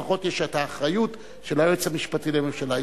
לפחות יש אחריות של היועץ המשפטי לממשלה,